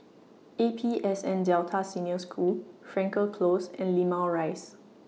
A P S N Delta Senior School Frankel Close and Limau Rise